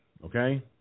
Okay